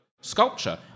Sculpture